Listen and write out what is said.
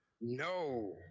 No